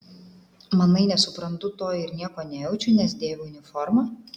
manai nesuprantu to ir nieko nejaučiu nes dėviu uniformą